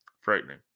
frightening